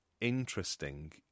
interesting